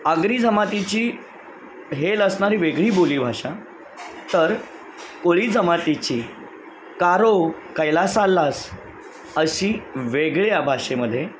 आगरी जमातीची हेल असणारी वेगळी बोलीभाषा तर कोळी जमातीची कारो कायला चाललास अशी वेगळ्या भाषेमध्ये